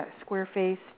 square-faced